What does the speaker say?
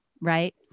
right